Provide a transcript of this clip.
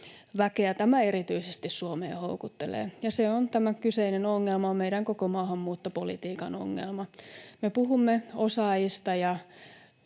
tämä erityisesti Suomeen houkuttelee. Ja tämä kyseinen ongelma on meidän koko maahanmuuttopolitiikan ongelma. Me puhumme osaajista ja